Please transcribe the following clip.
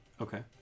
okay